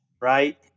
right